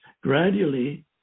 Gradually